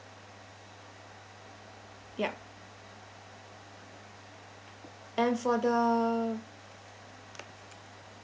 yup and for the